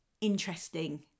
interesting